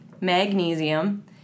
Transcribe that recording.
magnesium